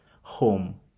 home